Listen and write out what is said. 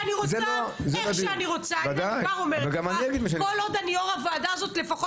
היו"ר מירב בן ארי (יו"ר ועדת ביטחון הפנים): קודם כול,